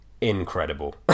incredible